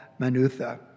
Manutha